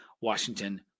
Washington